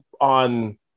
on